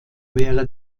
wäre